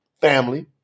family